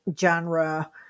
genre